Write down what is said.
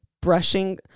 Brushing